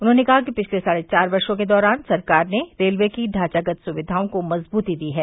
उन्होंने कहा कि पिछले साढे चार वर्षो के दौरान सरकार ने रेलवे की ढॉचागत सुविधाओं को मजबूती दी है